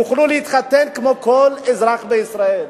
יוכלו להתחתן כמו כל אזרח בישראל.